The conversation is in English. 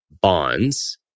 bonds